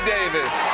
Davis